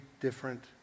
different